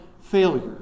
failure